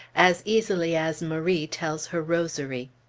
as easily as marie tells her rosary.